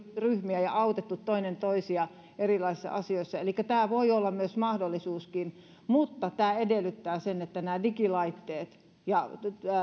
ryhmiä ja autettu toinen toisia erilaisissa asioissa elikkä tämä voi olla myös mahdollisuuskin mutta tämä edellyttää sitä että nämä digilaitteet ja